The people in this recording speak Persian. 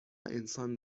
انسان